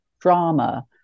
drama